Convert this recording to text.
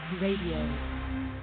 Radio